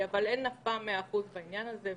אבל אין אף פעם 100% בעניין הזה.